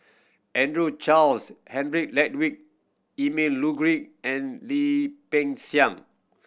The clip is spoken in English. Andrew Charles Henry Ludwig Emil and Lim Peng Siang